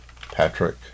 Patrick